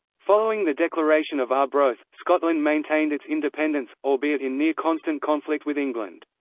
following the declaration of arbroath, scotland maintained its independence, albeit in near-constant conflict with england.